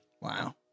Wow